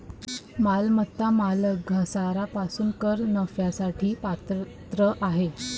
मालमत्ता मालक घसारा पासून कर नफ्यासाठी पात्र आहे